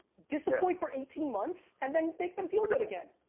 disappoint for eighteen months and then make them feel good again.